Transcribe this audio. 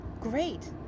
Great